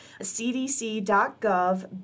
cdc.gov